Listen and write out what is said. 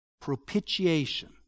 propitiation